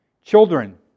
Children